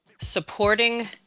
supporting